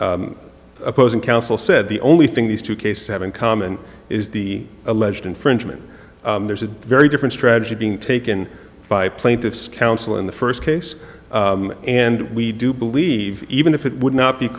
opposing counsel said the only thing these two cases have in common is the alleged infringement there's a very different strategy being taken by plaintiffs counsel in the first case and we do believe even if it would not be